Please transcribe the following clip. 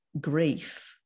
grief